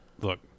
look